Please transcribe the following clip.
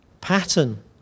pattern